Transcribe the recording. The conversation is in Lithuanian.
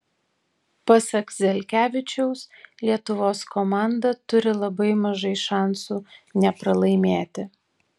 pasak zelkevičiaus lietuvos komanda turi labai mažai šansų nepralaimėti